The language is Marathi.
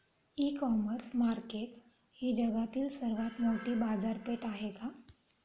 इ कॉमर्स मार्केट ही जगातील सर्वात मोठी बाजारपेठ आहे का?